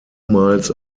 miles